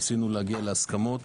ניסינו להגיע להסכמות